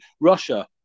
Russia